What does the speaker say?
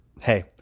Hey